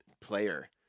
player